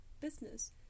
business